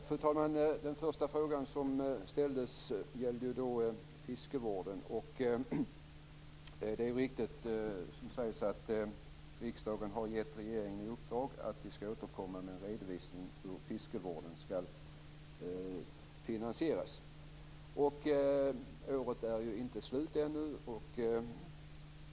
Fru talman! Den första frågan som ställdes gällde fiskevården. Det är riktigt som sägs att riksdagen har gett regeringen i uppdrag att återkomma med en redovisning av hur fiskevården skall finansieras. Året är inte slut ännu.